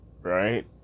right